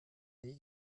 nie